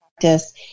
practice